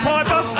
Piper